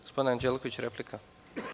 Gospodin Anđelković, replika.